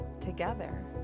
together